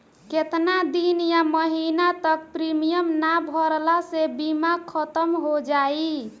केतना दिन या महीना तक प्रीमियम ना भरला से बीमा ख़तम हो जायी?